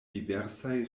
diversaj